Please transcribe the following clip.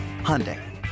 Hyundai